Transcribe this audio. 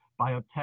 biotech